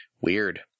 Weird